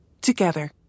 together